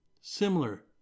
similar